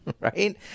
right